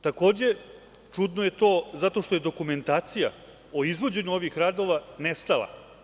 Takođe, čudno je to zato što je dokumentacija o izvođenju ovih radova nestala.